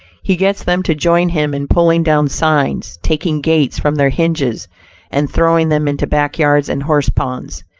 he gets them to join him in pulling down signs, taking gates from their hinges and throwing them into back yards and horse-ponds.